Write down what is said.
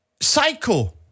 Psycho